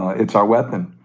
it's our weapon.